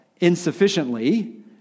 insufficiently